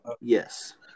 Yes